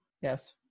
yes